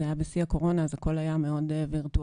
זה היה בשיא הקורונה אז הכל היה מאד וירטואלי,